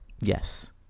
yes